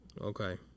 Okay